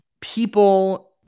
People